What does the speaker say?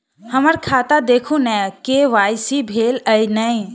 हम्मर खाता देखू नै के.वाई.सी भेल अई नै?